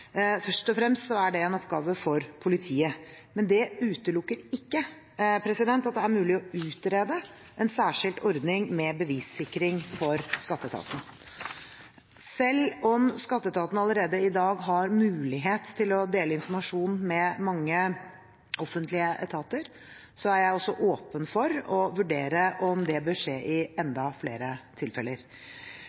først og fremst en oppgave for politiet. Men det utelukker ikke at det er mulig å utrede en særskilt ordning med bevissikring for skatteetaten. Selv om skatteetaten allerede i dag har mulighet til å dele informasjon med mange offentlige etater, er jeg åpen for å vurdere om det bør skje i enda flere tilfeller.